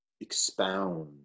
expound